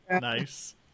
nice